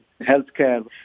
healthcare